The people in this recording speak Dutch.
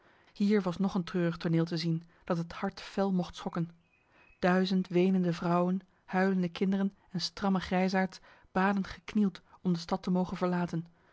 hier was nog een treurig toneel te zien dat het hart fel mocht schokken duizend wenende vrouwen huilende kinderen en stramme grijsaards baden geknield om de stad te mogen verlaten